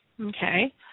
Okay